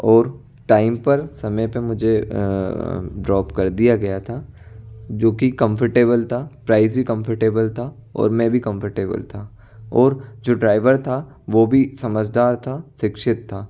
और टाइम पर समय पे मुझे ड्रॉप कर दिया गया था जो कि कंफर्टेबल था प्राइस भी कंफर्टेबल था और मैं भी कंफर्टेबल था और जो ड्राइवर था वो भी समझदार था शिक्षित था